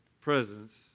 presence